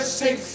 six